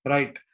Right